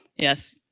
yes,